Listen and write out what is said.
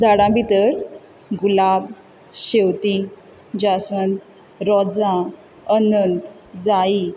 झाडां भितर गुलाब शेवतीं जासवंद रोजां अनंत जायी